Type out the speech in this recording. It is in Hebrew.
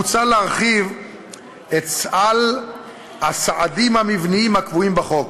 מוצע להרחיב את סל הסעדים המבניים הקבועים בחוק.